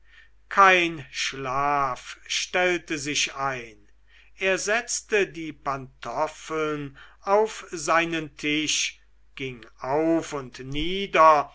kein schlaf stellte sich ein er setzte die pantoffeln auf seinen tisch ging auf und nieder